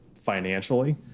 financially